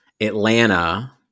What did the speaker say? Atlanta